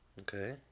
Okay